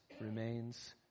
remains